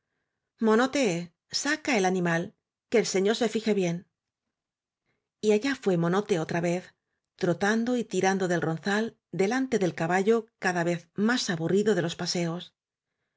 monote saca el animal que el señor se fije bien y allá fué monote otra vez trotando y ti rando del ronzal delante del caballo cada vez más aburrido de los paseos